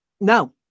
no